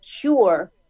cure